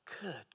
Good